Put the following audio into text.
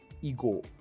ego